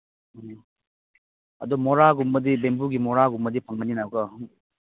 ꯎꯝ ꯑꯗꯣ ꯃꯣꯔꯥꯒꯨꯝꯕꯗꯤ ꯕꯦꯝꯕꯨꯒꯤ ꯃꯣꯔꯥꯒꯨꯝꯕꯗꯤ ꯐꯪꯒꯅꯤꯅꯀꯣ